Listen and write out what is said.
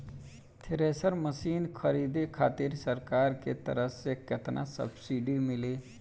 Thresher machine खरीदे खातिर सरकार के तरफ से केतना सब्सीडी मिली?